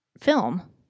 film